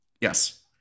Yes